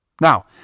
Now